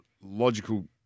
logical